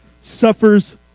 suffers